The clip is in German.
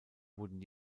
wurden